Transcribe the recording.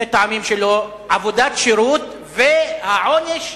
מטעמים שלו, עבודת שירות, והעונש